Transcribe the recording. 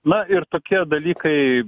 na ir tokie dalykai